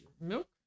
Milk